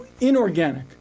inorganic